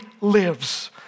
lives